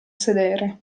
sedere